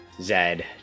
Zed